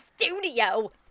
studio